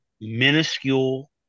minuscule